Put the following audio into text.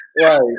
right